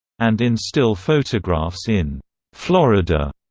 and in still photographs in florida.